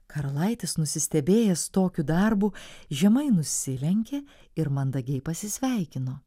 karalaitis nusistebėjęs tokiu darbu žemai nusilenkė ir mandagiai pasisveikino